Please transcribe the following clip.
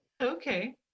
okay